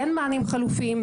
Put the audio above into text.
אין מענים חלופיים.